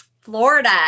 Florida